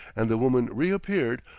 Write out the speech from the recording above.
and the woman reappeared,